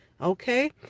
Okay